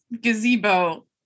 gazebo